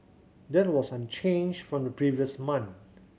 that was unchanged from the previous month